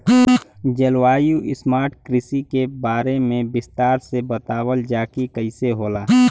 जलवायु स्मार्ट कृषि के बारे में विस्तार से बतावल जाकि कइसे होला?